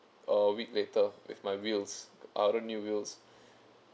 a week later with my wheels other new wheels